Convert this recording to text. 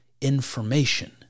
information